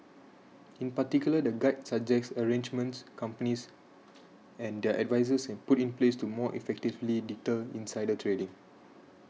in particular the guide suggests arrangements companies and their advisers can put in place to more effectively deter insider trading